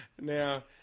Now